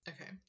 Okay